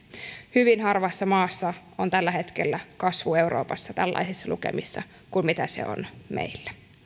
hyvin harvassa maassa euroopassa on tällä hetkellä kasvu tällaisissa lukemissa kuin se on meillä